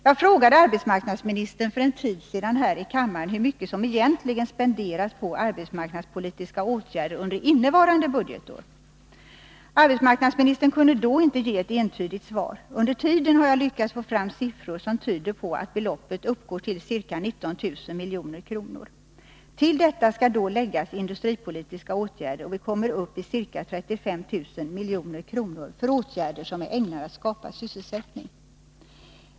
Jag frågade arbetsmarknadsministern för en tid sedan här i kammaren hur mycket som egentligen spenderas på arbetsmarknadspolitiska åtgärder under innevarande budgetår. Arbetsmarknadsministern kunde då inte ge ett entydigt svar. Under tiden har jag lyckats få fram siffror, som tyder på att beloppet uppgår till ca 19 000 milj.kr. Till detta skall då läggas industripolitiska åtgärder, och vi kommer upp i ca 35 000 milj.kr. för åtgärder som är ägnade att skapa sysselsättning.